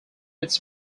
its